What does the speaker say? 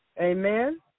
Amen